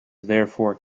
therefore